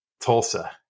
Tulsa